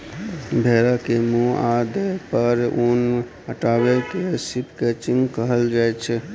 भेड़ा केर मुँह आ देह पर सँ उन हटेबा केँ शिप क्रंचिंग कहल जाइ छै